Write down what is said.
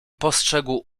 postrzegł